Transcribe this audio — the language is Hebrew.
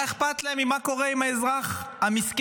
מה אכפת להם ממה קורה עם האזרח המסכן